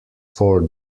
four